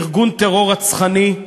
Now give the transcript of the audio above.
ארגון טרור רצחני,